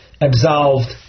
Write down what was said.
absolved